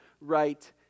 right